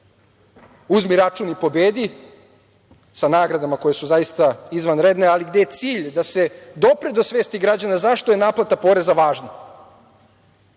„Uzmi račun i pobedi“ sa nagradama koje su zaista izvanredne, ali gde je cilj da se dopre do svesti građana zaštoje naplata poreza važna.